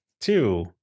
two